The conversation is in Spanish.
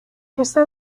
esta